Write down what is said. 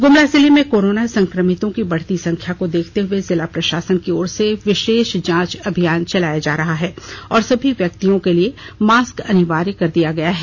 गुमला जिले में कोरोना संक्रमितों की बढ़ती संख्या को देखते हुए जिला प्रशासन की ओर से विशेष जांच अभियान चलाया जा रहा है और सभी व्यक्तियों के लिए मास्क अनिवार्य कर दिया गया है